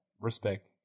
respect